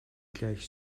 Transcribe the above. gleich